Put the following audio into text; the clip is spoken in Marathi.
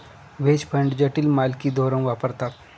व्हेज फंड जटिल मालकी धोरण वापरतात